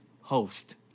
host